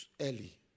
early